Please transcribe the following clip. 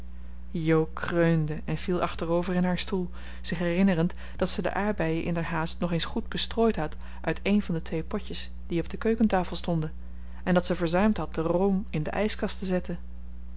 kreunde en viel achterover in haar stoel zich herinnerend dat ze de aardbeien inderhaast nog eens goed bestrooid had uit een van de twee potjes die op de keukentafel stonden en dat zij verzuimd had den room in de ijskast te zetten